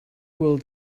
will